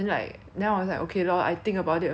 then I was like okay lor I think about it a few days